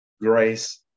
Grace